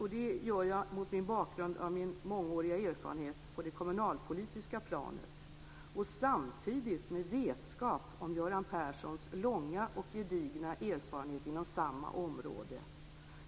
Och det gör jag mot bakgrund av min mångåriga erfarenhet på det kommunalpolitiska planet och samtidigt med vetskap om Göran Perssons långa och gedigna erfarenhet inom samma område.